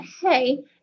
hey